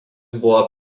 buvo